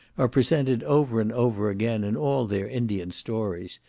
are presented over and over again in all their indian stories,